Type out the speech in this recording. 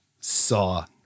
Saw